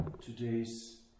today's